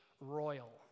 royal